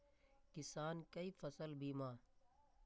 किसान कै फसल बीमा?